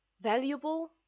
valuable